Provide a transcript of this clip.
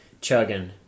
chugging